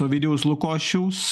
ovidijaus lukošiaus